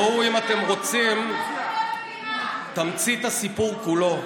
בואו, אם אתם רוצים, תמצית הסיפור כולו.